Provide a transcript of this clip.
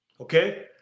Okay